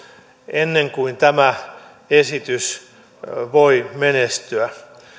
ennen kuin tämä esitys voi menestyä